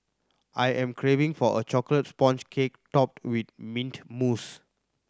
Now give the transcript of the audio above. I am craving for a chocolate sponge cake topped with mint mousse